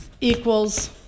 equals